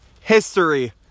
history